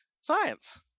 Science